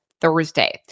Thursday